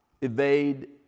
evade